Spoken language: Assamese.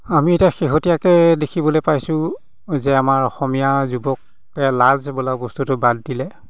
আমি এতিয়া শেহতীয়াকৈ দেখিবলৈ পাইছো যে আমাৰ অসমীয়া যুৱকে লাজ বোলা বস্তুটো বাদ দিলে